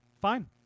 fine